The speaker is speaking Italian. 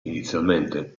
inizialmente